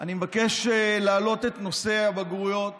אני מבקש להעלות את נושא הבגרויות